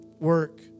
work